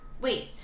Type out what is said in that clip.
Wait